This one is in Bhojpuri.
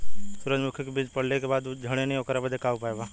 सुरजमुखी मे बीज पड़ले के बाद ऊ झंडेन ओकरा बदे का उपाय बा?